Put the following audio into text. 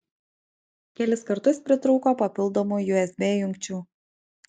kelis kartus pritrūko papildomų usb jungčių